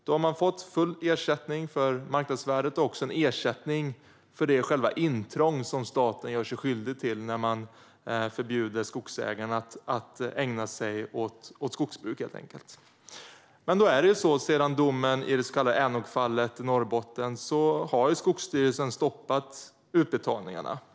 Då har man fått full ersättning för marknadsvärdet och också en ersättning för själva det intrång som staten gör sig skyldig till när den förbjuder skogsägaren att helt enkelt ägna sig åt skogsbruk. Sedan domen kom i det så kallade Änokfallet i Norrbotten har Skogsstyrelsen stoppat utbetalningarna.